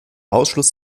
ausschluss